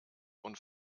und